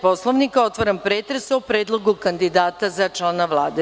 Poslovnika, otvaram pretres o predlogu kandidata za člana Vlade.